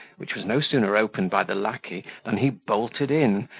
which was no sooner opened by the lacquey, than he bolted in,